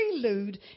prelude